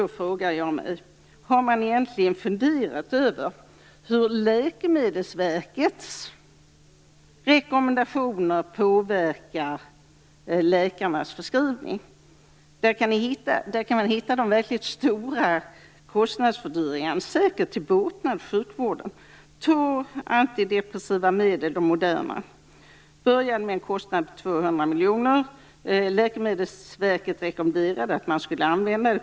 Då frågar jag mig: Har man egentligen funderat över hur Läkemedelsverkets rekommendationer påverkar läkarnas förskrivning? Här kan man hitta de verkligt stora kostnadsfördyringarna, säkert till båtnad för sjukvården. Två moderna antidepressiva medel började med en kostnad på 200 miljoner kronor. Läkemedelsverket rekommenderade att man skulle använda dem.